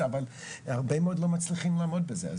הרבה מאוד לא מצליחים לעמוד בזה.